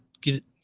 get